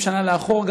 70 שנה לאחור,